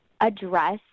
address